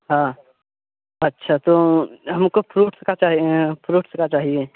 हाँ अच्छा तो हमको फ्रूट्स का चाहिए फ्रूट्स का चाहिए